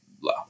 low